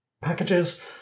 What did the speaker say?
packages